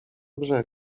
brzeg